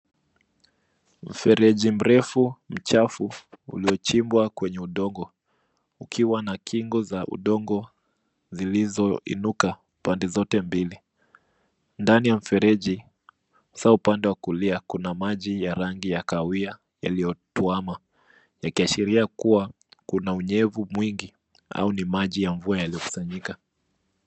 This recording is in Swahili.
Mfereji mrefu mchafu umechimbwa kwenye udongo ukiwa na kingo za udongo zilizoinukapande zote mbili. Ndani ya mfereji hasa upande wa kulia kuna maji ya rangi ya kahawia yaliyotwama yakiashiria kuna unyevu mwingi au ni maji ya mvua yaliyokusanyika.